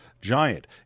Giant